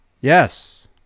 Yes